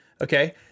okay